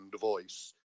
voice